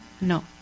No